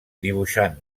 dibuixant